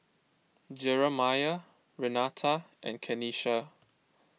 Jeramiah Renata and Kenisha